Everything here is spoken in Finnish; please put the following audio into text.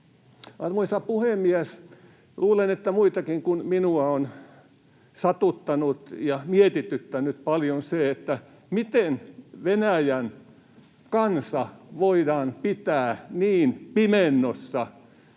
Arvoisa puhemies! Luulen, että muitakin kuin minua on satuttanut ja mietityttänyt paljon se, miten Venäjän kansa voidaan pitää niin pimennossa